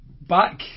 back